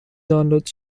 دانلود